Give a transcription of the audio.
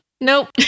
Nope